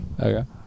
Okay